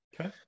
Okay